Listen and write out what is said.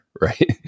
right